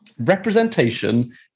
representation